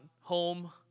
home